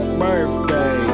birthday